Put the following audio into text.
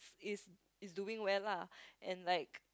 is is doing well lah and like